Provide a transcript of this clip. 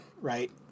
Right